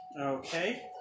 Okay